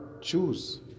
choose